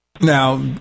Now